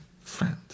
friend